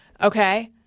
Okay